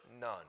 None